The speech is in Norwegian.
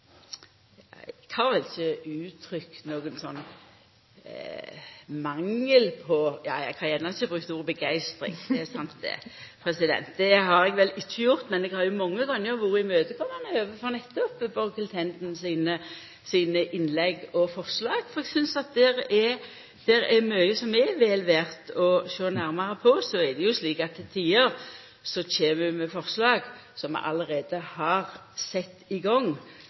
vel ikkje gjeve uttrykk for nokon mangel – ja, eg har gjerne ikkje brukt ordet «begeistring», det er sant, det har eg vel ikkje gjort – men eg har jo mange gonger vore imøtekomande overfor nettopp Borghild Tenden sine innlegg og forslag, for eg synest at der er det mykje som er vel verdt å sjå nærmare på. Så er det slik at ho til tider kjem med forslag som allereie er sette i